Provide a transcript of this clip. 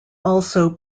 also